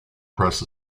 press